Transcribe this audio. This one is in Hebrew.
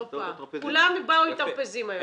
כולם באו עם טרפזים היום.